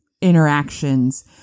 interactions